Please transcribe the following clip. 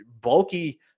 bulky